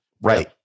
Right